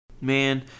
Man